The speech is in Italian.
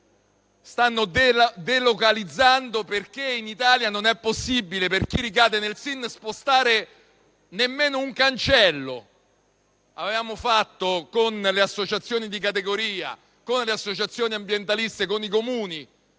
stanno delocalizzando perché in Italia non è possibile, per chi ricade nei SIN, spostare nemmeno un cancello. Con le associazioni di categoria, con le associazioni ambientaliste e con i Comuni